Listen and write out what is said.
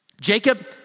Jacob